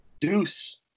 Deuce